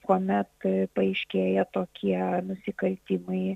kuomet paaiškėja tokie nusikaltimai